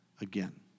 again